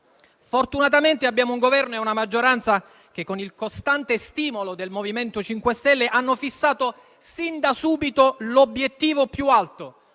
Fortunatamente abbiamo un Governo e una maggioranza che, con il costante stimolo del MoVimento 5 Stelle, hanno fissato sin da subito l'obiettivo più alto,